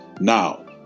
Now